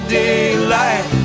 daylight